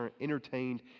entertained